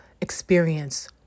experience